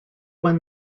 when